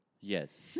Yes